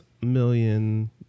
million